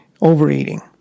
overeating